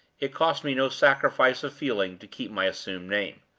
it costs me no sacrifice of feeling to keep my assumed name.